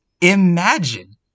Imagine